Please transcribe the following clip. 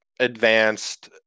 advanced